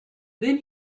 then